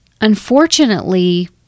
unfortunately